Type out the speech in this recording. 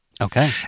Okay